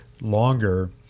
longer